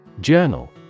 Journal